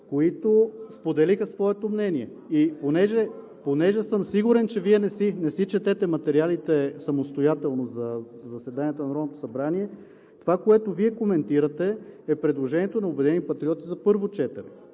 „Какви са резултатите?“) Понеже съм сигурен, че Вие не си четете материалите самостоятелно за заседанията на Народното събрание, това, което Вие коментирате, е предложението на „Обединени патриоти“ за първо четене.